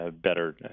better